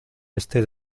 este